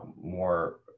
More